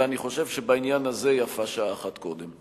ואני חושב שבעניין הזה יפה שעה אחת קודם.